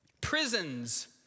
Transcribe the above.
Prisons